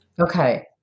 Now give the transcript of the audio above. Okay